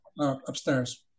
upstairs